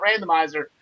randomizer